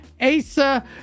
asa